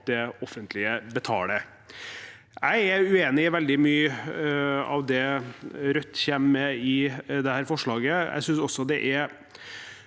det offentlige betaler. Jeg er uenig i veldig mye av det Rødt kommer med i dette forslaget. Jeg synes også det er